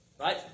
Right